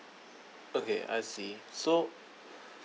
okay I see so